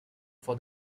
for